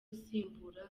usimbura